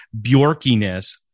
bjorkiness